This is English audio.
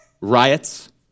riots